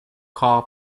car